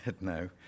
no